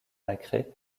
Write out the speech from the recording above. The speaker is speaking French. nacré